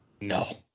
No